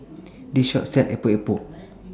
This Shop sells Epok Epok